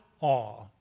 awe